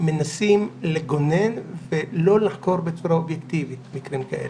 מנסים לגונן ולא לחקור בצורה אובייקטיבית מקרים כאלה.